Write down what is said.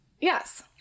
Yes